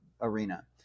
arena